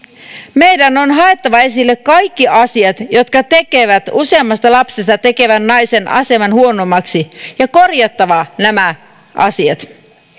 meidän on haettava esille kaikki asiat jotka tekevät useamman lapsen tekevän naisen aseman huonommaksi ja korjattava nämä asiat